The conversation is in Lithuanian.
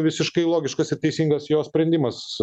visiškai logiškas ir teisingas jo sprendimas